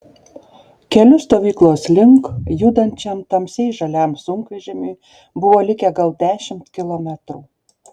keliu stovyklos link judančiam tamsiai žaliam sunkvežimiui buvo likę gal dešimt kilometrų